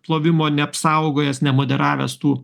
plovimo neapsaugojęs nemoderavęs tų